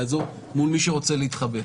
יעזור מול מי שרוצה להתחבא.